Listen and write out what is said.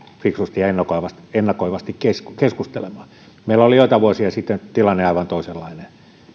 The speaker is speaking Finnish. fiksusti ja ennakoivasti ennakoivasti keskustelemaan meillä oli joitain vuosia sitten tilanne aivan toisenlainen